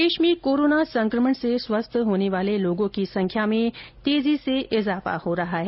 प्रदेश में कोरोना संकमण से स्वस्थ होने वाले लोगों की संख्या में तेजी से इजाफा हो रहा है